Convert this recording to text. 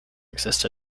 exist